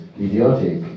idiotic